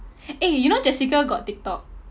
eh you know jessica got tiktok